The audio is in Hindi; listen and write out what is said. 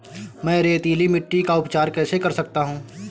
मैं रेतीली मिट्टी का उपचार कैसे कर सकता हूँ?